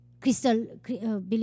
Crystal